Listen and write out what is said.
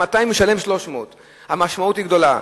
ואם הוא משלם 200 הוא ישלם 300. המשמעות היא גדולה.